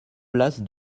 place